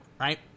right